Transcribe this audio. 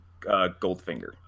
Goldfinger